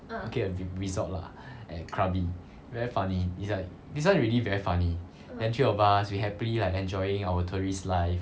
okay a resort lah at krabi very funny is like this one really very funny then three of us we happily like enjoying our tourist life